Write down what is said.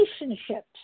relationships